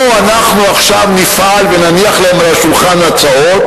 או אנחנו עכשיו נפעל ונניח להם על השולחן הצעות.